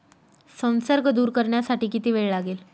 संसर्ग दूर करण्यासाठी किती वेळ लागेल?